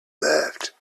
left